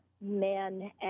men